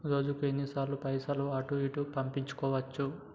రోజుకు ఎన్ని సార్లు పైసలు అటూ ఇటూ పంపించుకోవచ్చు?